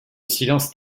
silence